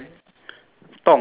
the